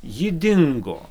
ji dingo